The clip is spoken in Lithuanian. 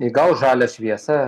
įgaus žalią šviesą